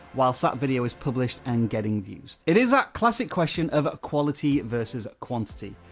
whilst that video is published and getting views. it is that classic question of quality versus quantity.